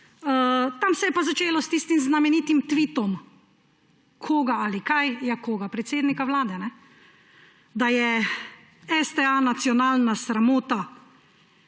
Tam se je pa začelo s tistim znamenitim tvitom. Koga ali kaj? Ja, koga? Predsednika Vlade! Da je STA nacionalna sramota,